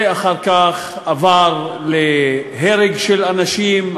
זה אחר כך עבר להרג של אנשים,